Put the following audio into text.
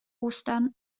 ostern